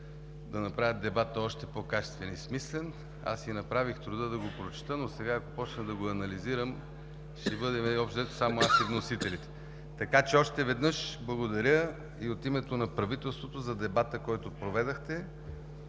да направят дебата още по качествен и смислен. Аз си направих труда да го прочета, но сега, ако започна да го анализирам, ще бъдем общо взето само аз и вносителите. Още веднъж благодаря и от името на правителството за дебата, който проведохте,